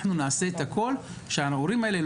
אנחנו נעשה את הכול שההורים האלה,